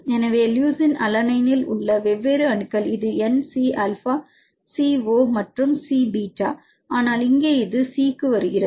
எனவே லுசின் அலனைனில் உள்ள வெவ்வேறு அணுக்கள் இது N C alpha C O மற்றும் சி பீட்டா ஆனால் இங்கே இது இங்கே C க்கு வருகிறது